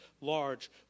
large